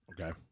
okay